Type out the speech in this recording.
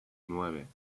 nueve